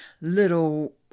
little